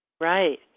Right